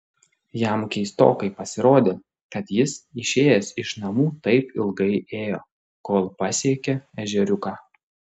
jam keistokai pasirodė kad jis išėjęs iš namų taip ilgai ėjo kol pasiekė ežeriuką